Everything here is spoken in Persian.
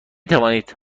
توانید